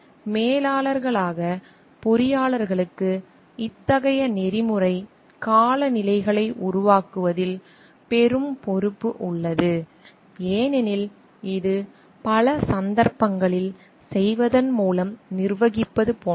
மேலாளர்களாக பொறியாளர்களுக்கு இத்தகைய நெறிமுறை காலநிலைகளை உருவாக்குவதில் பெரும் பொறுப்பு உள்ளது ஏனெனில் இது பல சந்தர்ப்பங்களில் செய்வதன் மூலம் நிர்வகிப்பது போன்றது